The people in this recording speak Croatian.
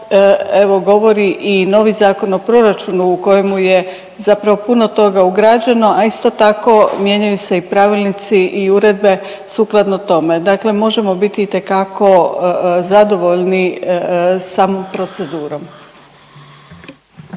evo govori i novi Zakon o proračunu u kojemu je zapravo puno toga ugrađeno, a isto tako mijenjaju se i pravilnici i uredbe sukladno tome, dakle možemo biti itekako zadovoljni samom procedurom.